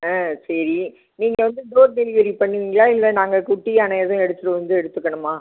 ஆ சரி நீங்கள் வந்து டோர் டெலிவரி பண்ணுவீங்களா இல்லை நாங்கள் குட்டி யானை எதுவும் எடுத்துகிட்டு வந்து எடுத்துக்கணுமா